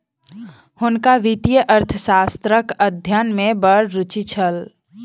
हुनका वित्तीय अर्थशास्त्रक अध्ययन में बड़ रूचि छल